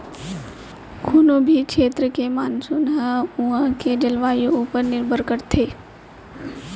कोनों भी छेत्र के मानसून ह उहॉं के जलवायु ऊपर निरभर करथे